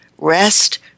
rest